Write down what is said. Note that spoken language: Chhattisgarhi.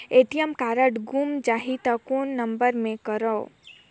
ए.टी.एम कारड गुम जाही त कौन नम्बर मे करव?